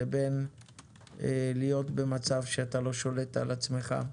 לבין להיות במצב שאתה לא שולט על עצמך.